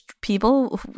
people